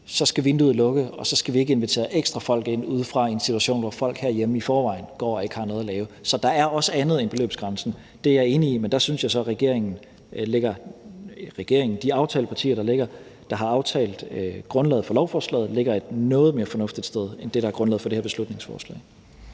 så skal vinduet lukke, og så skal vi ikke invitere ekstra folk ind udefra i en situation, hvor folk herhjemme i forvejen går og ikke har noget at lave. Så der er også andet end beløbsgrænsen. Det er jeg enig i, men der synes jeg altså, at de aftalepartier, der har aftalt grundlaget for lovforslaget, ligger et noget mere fornuftigt sted end det, der er grundlaget for det her beslutningsforslag.